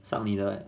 some leader right